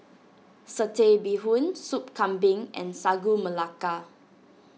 Satay Bee Hoon Soup Kambing and Sagu Melaka